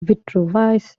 vitruvius